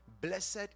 blessed